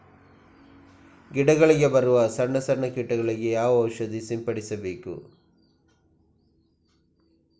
ಗಿಡಗಳಿಗೆ ಬರುವ ಸಣ್ಣ ಸಣ್ಣ ಕೀಟಗಳಿಗೆ ಯಾವ ಔಷಧ ಸಿಂಪಡಿಸಬೇಕು?